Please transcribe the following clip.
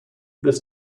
this